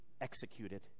executed